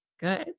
good